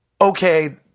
okay